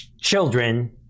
children